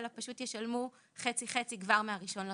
אלא פשוט ישלמו חצי-חצי כבר מה-1.4.2023.